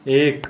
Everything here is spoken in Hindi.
एक